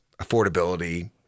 affordability